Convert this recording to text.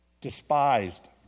Despised